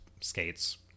skates